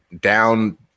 down